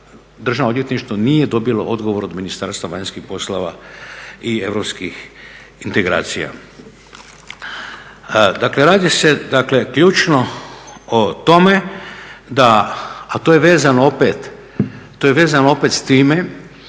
Državno odvjetništvo nije dobilo odgovor od Ministarstva vanjskih poslova i europskih integracija. Dakle, radi se, dakle ključno o tome da, a to je vezano opet s time